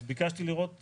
אז ביקשתי לראות פירוט,